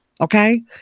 Okay